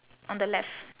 on the left